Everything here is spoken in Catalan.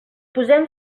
posem